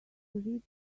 read